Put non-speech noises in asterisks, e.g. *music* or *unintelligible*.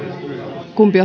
kumpi *unintelligible*